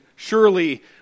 Surely